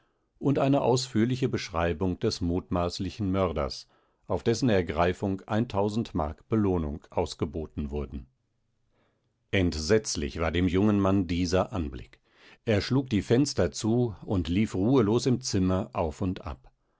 und eine ausführliche beschreibung des mutmaßlichen mörders auf dessen ergreifung mark belohnung ausgeboten wurden entsetzlich war dem jungen mann dieser anblick er schlug die fenster zu und lief ruhelos im zimmer auf und ab